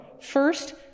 First